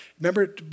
Remember